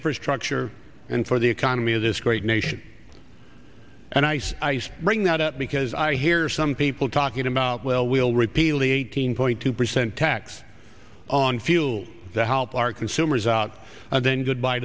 infrastructure and for the economy of this great nation and ice ice bring that up because i hear some people talking about well we'll repeal the eighteen point two percent tax on fuel to help our consumers out and then good bye